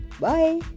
Bye